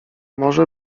może